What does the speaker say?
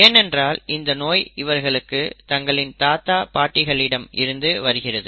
ஏனென்றால் இந்த நோய் இவர்களுக்கு தங்களின் தாத்தா பாட்டிகளிடம் இருந்து வருகிறது